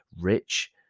rich